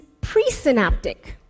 presynaptic